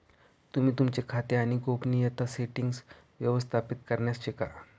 तुम्ही तुमचे खाते आणि गोपनीयता सेटीन्ग्स व्यवस्थापित करण्यास शिका